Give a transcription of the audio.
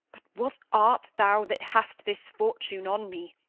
but what art thou that hast this fortune on me?